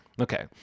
Okay